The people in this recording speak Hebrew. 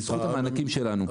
בזכות המענקים שלנו.